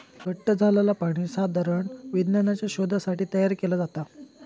घट्ट झालंला पाणी साधारण विज्ञानाच्या शोधासाठी तयार केला जाता